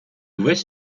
весь